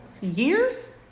years